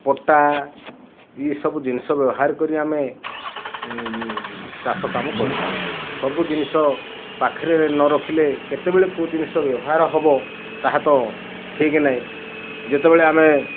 ପଟା ଏ ସବୁ ଜିନିଷ ବ୍ୟବହାର କରି ଆମେ ଚାଷ କାମ କରିଥାଉଁ ସବୁ ଜିନିଷ ପାଖରେ ନ ରଖିଲେ କେତେବେଳେ କେଉଁ ଜିନିଷ ବ୍ୟବହାର ହେବ ତାହା ତ ଠିକ ନାହିଁ ଯେତେବେଳେ ଆମେ